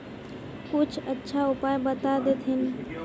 कुछ अच्छा उपाय बता देतहिन?